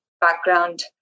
background